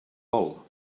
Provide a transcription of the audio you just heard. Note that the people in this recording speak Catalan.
vol